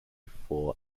for